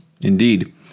Indeed